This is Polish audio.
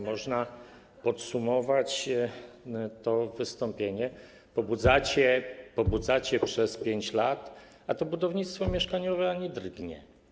Można podsumować to wystąpienie, mówiąc: Pobudzacie przez 5 lat, a tu budownictwo mieszkaniowe ani drgnie.